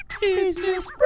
Business